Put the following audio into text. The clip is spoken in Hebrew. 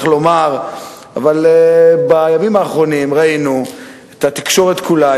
אבל בימים האחרונים ראינו את התקשורת כולה,